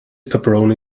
pepperoni